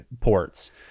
ports